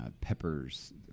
peppers